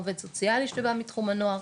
עובד סוציאלי שבא מתחם הנוער,